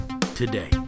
today